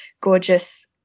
gorgeous